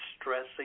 stressing